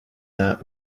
that